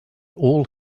all